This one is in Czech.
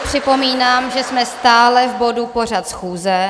Připomínám, že jsme stále v bodu Pořad schůze.